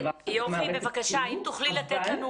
יוכי, בבקשה, האם תוכלי לתת לנו